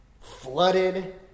flooded